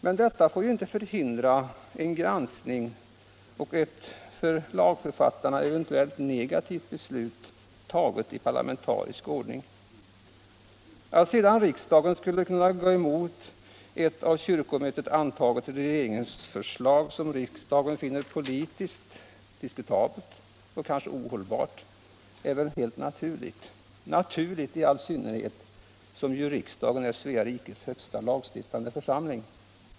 Men detta får ju inte hindra en granskning och ett för lagförfattarna eventuellt negativt beslut, fattat i parlamentarisk ordning. Att sedan riksdagen skulle kunna gå emot ett av kyrkomötet antaget regeringsförslag, som riksdagen finner politiskt diskutabelt och kanske ohållbart, är väl helt naturligt, i all synnerhet som riksdagen är Svea rikes högsta lagstiftande församling.